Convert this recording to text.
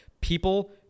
people